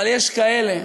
אבל יש כאלה,